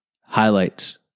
Highlights